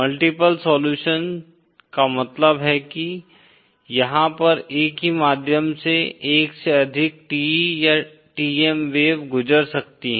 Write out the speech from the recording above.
multiple solution का मतलब हैकि यहाँ पर एक ही माध्यम से एक से अधिक TE या TM वेव गुजर सकती है